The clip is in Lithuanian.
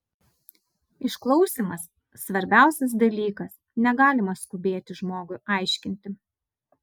išklausymas svarbiausias dalykas negalima skubėti žmogui aiškinti